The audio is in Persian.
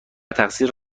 تقصیر